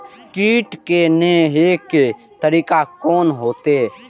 कीट के ने हे के तरीका कोन होते?